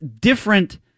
different